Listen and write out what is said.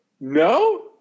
No